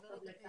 נכון,